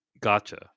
Gotcha